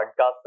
podcast